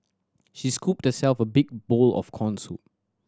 she scooped herself a big bowl of corn soup